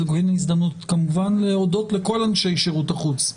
זאת באמת הזדמנות להודות לכל אנשי שירות החוץ,